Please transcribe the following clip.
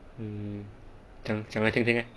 mm 讲讲来听听 leh